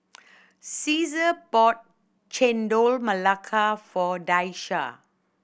Caesar bought Chendol Melaka for Daisha